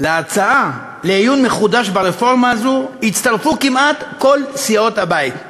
להצעה לעיון מחודש ברפורמה הזו הצטרפו כמעט כל סיעות הבית,